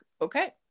okay